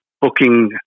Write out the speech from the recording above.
booking